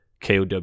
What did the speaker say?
kow